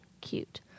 cute